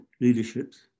leaderships